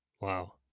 wow